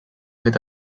fet